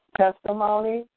testimony